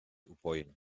upojeń